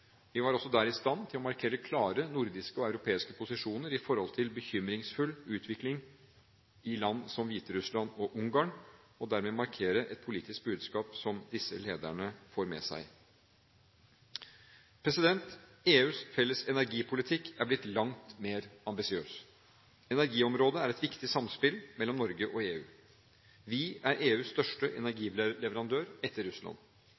Vi var også der i stand til å markere klare nordiske og europeiske posisjoner i forhold til bekymringsfull utvikling i land som Hviterussland og Ungarn, og dermed markere et politisk budskap som disse lederne får med seg. EUs felles energipolitikk er blitt langt mer ambisiøs. Energiområdet er et viktig samspill mellom Norge og EU. Vi er EUs største energileverandør etter Russland.